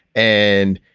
and,